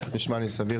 נשמע לי סביר.